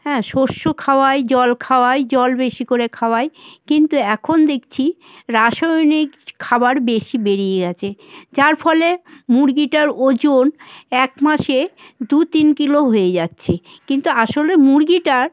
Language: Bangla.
হ্যাঁ শস্য খাওয়াই জল খাওয়াই জল বেশি করে খাওয়াই কিন্তু এখন দেখছি রাসায়নিক খাবার বেশি বেরিয়ে গেছে যার ফলে মুরগিটার ওজন এক মাসে দু তিন কিলো হয়ে যাচ্ছে কিন্তু আসলে মুরগিটার